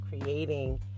creating